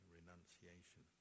renunciation